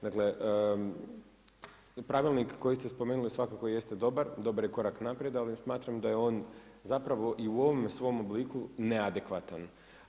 Dakle, pravilnik koji ste spomenuli, svakako jeste dobar, dobar je korak naprijed, ali ne smatram da je on, zapravo i u ovome svome obliku neadekvatan.